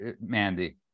Mandy